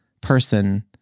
person